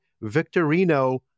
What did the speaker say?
Victorino